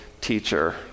teacher